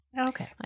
Okay